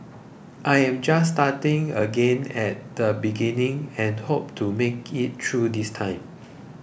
I am just starting again at the beginning and hope to make it through this time